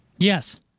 Yes